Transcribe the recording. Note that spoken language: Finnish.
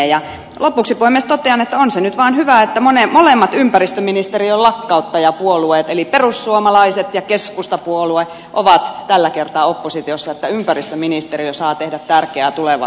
lopuksi puhemies totean että on se nyt vaan hyvä että molemmat ympäristöministeriön lakkauttajapuolueet eli perussuomalaiset ja keskustapuolue ovat tällä kertaa oppositiossa että ympäristöministeriö saa tehdä tärkeää tulevaisuustyötä